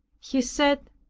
he said,